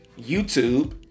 YouTube